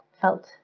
felt